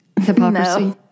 Hypocrisy